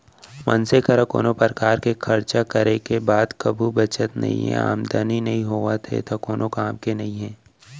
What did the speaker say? मनसे करा कोनो परकार के खरचा करे के बाद कभू बचत नइये, आमदनी नइ होवत हे त कोन काम के नइ हे